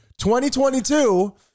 2022